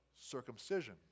circumcision